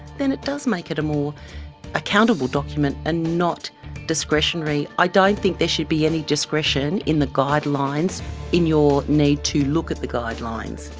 then it does make it a more accountable document and not discretionary. i don't think there should be any discretion in the guidelines in your need to look at the guidelines.